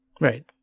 Right